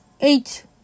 eight